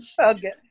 Okay